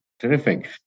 terrific